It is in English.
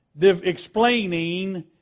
explaining